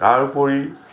তাৰ উপৰি